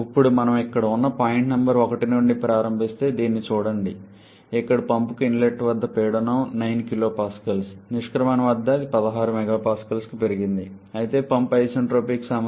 ఇప్పుడు మనం ఇక్కడ ఉన్న పాయింట్ నంబర్ 1 నుండి ప్రారంభిస్తే దీన్ని చూడండి ఇక్కడ పంప్కు ఇన్లెట్ వద్ద పీడనం 9 kPa నిష్క్రమణ వద్ద అది 16 MPaకి పెరిగింది అయితే పంప్ ఐసెంట్రోపిక్ సామర్థ్యం 0